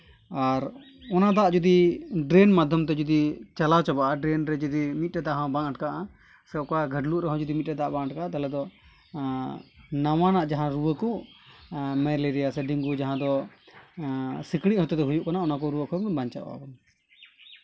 ᱟᱨ ᱚᱱᱟ ᱫᱟᱜ ᱡᱩᱫᱤ ᱰᱨᱮᱹᱱ ᱢᱟᱫᱽᱫᱷᱚᱢ ᱛᱮ ᱡᱩᱫᱤ ᱪᱟᱞᱟᱣ ᱪᱟᱵᱟᱜᱼᱟ ᱰᱨᱮᱹᱱ ᱨᱮ ᱡᱩᱫᱤ ᱢᱤᱫᱴᱮᱡ ᱫᱟᱜ ᱦᱚᱸ ᱵᱟᱝ ᱟᱴᱠᱟᱜᱼᱟ ᱥᱮ ᱚᱠᱟ ᱜᱷᱟᱰᱞᱩᱜ ᱨᱮᱦᱚᱸ ᱡᱩᱫᱤ ᱢᱤᱫᱴᱮᱡ ᱫᱟᱜ ᱦᱚᱸ ᱵᱟᱝ ᱟᱴᱠᱟᱜᱼᱟ ᱛᱟᱦᱚᱞᱮ ᱫᱚ ᱱᱟᱣᱟᱱᱟᱜ ᱡᱟᱦᱟᱸ ᱨᱩᱣᱟᱹ ᱠᱚ ᱢᱮᱞᱮᱨᱤᱭᱟ ᱥᱮ ᱰᱮᱝᱜᱩ ᱡᱟᱦᱟᱸ ᱫᱚ ᱥᱤᱠᱬᱤᱡ ᱦᱚᱛᱮᱛᱮ ᱦᱩᱭᱩᱜ ᱠᱟᱱᱟ ᱚᱱᱟ ᱠᱚ ᱨᱩᱣᱟᱹ ᱠᱷᱚᱡ ᱵᱚᱱ ᱵᱟᱧᱪᱟᱣᱚᱜᱼᱟ ᱵᱚᱱ